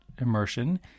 immersion